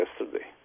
yesterday